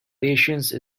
patience